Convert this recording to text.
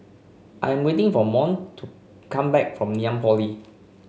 I'm waiting for Mont to come back from Ngee Ann Polytechnic